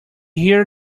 hear